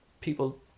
people